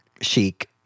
Chic